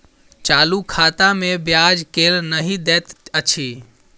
चालू खाता मे ब्याज केल नहि दैत अछि